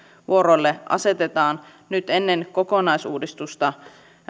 vuoroille asetetaan nyt ennen kokonaisuudistusta